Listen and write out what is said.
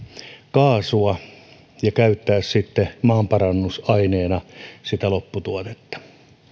kaasua ja käyttäisimme sitten maanparannusaineena sitä lopputuotetta